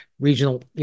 regional